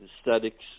aesthetics